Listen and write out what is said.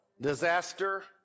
Disaster